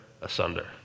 asunder